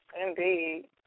Indeed